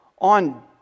on